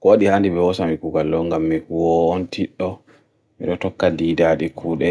Kowaɗi haandi ɓe hosami kugal ɗo ngam mihuwowo on tiɗɗo, miɗo tokka didaaɗi kuɗde,